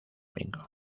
domingo